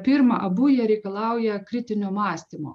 pirma abu jie reikalauja kritinio mąstymo